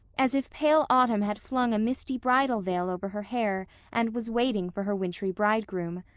as if pale autumn had flung a misty bridal veil over her hair and was waiting for her wintry bridegroom.